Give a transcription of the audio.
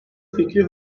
fikri